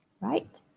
right